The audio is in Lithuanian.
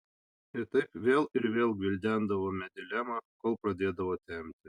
ir taip vėl ir vėl gvildendavome dilemą kol pradėdavo temti